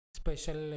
special